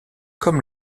comme